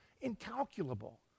Incalculable